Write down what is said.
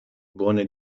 buone